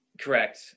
correct